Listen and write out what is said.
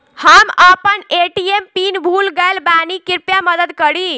हम अपन ATM PIN भूल गएल बानी, कृपया मदद करीं